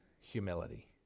humility